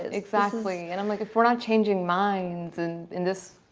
exactly and i'm like if we're not changing minds and in this